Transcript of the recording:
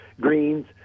greens